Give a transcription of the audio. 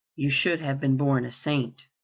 you should have been born a saint.